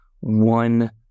one